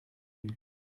vue